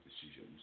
decisions